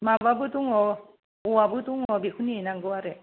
माबाबो दङ औवाबो दङ बेखौ नेनांगौ आरो